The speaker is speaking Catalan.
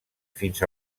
fins